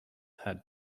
had